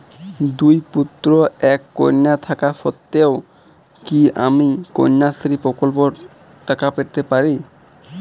দুই পুত্র এক কন্যা থাকা সত্ত্বেও কি আমি কন্যাশ্রী প্রকল্পে টাকা পেতে পারি?